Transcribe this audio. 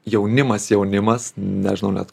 jaunimas jaunimas nežinau net